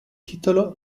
titolo